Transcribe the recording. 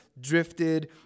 drifted